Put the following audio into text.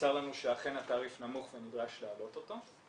נמסר לנו שאכן התעריף נמוך ונדרש לעלות אותו.